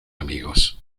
amigos